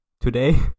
today